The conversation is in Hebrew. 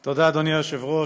תודה, אדוני היושב-ראש,